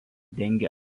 dengia